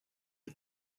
the